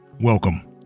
Welcome